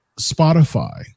Spotify